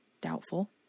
Doubtful